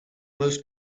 most